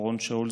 אורון שאול,